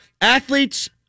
Athletes